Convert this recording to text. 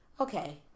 okay